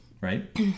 right